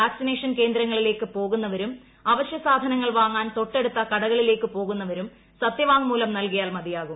vaccination കേന്ദ്രങ്ങളിലേക്ക് പോകുന്നവരും അവശ്യ സാധനങ്ങൾ വാങ്ങാൻ തൊട്ടടുത്ത കടകളിലേക്ക് പോകുന്നവരും സത്യവാങ്മൂലം നൽകിയാൽ മതിയാകും